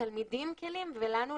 לתלמידים כלים ולנו,